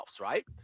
right